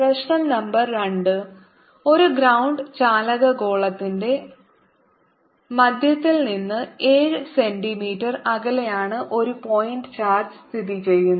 പ്രശ്നം നമ്പർ രണ്ട് ഒരു ഗ്രൌണ്ട് ചാലക ഗോളത്തിന്റെ മധ്യത്തിൽ നിന്ന് 7 സെന്റീമീറ്റർ അകലെയാണ് ഒരു പോയിന്റ് ചാർജ് സ്ഥിതിചെയ്യുന്നത്